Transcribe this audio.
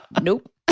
Nope